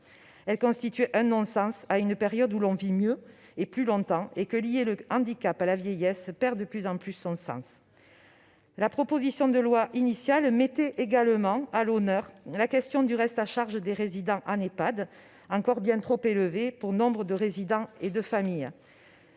devenues un non-sens. À une période où l'on vit mieux et plus longtemps, le fait de lier le handicap à la vieillesse perd de plus en plus sa justification. La proposition de loi initiale mettait également en exergue la question du reste à charge des résidents en Ehpad, encore bien trop élevé pour nombre de familles.